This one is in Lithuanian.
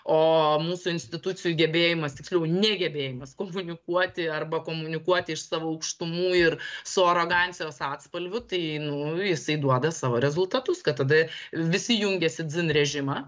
o mūsų institucijų gebėjimas tiksliau negebėjimas komunikuoti arba komunikuoti iš savo aukštumų ir su arogancijos atspalviu tai nu jisai duoda savo rezultatus kad tada visi jungiasi dzin režimą